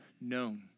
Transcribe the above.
known